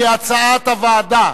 כהצעת הוועדה,